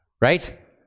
right